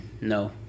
No